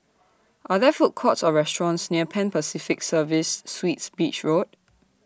Are There Food Courts Or restaurants near Pan Pacific Serviced Suites Beach Road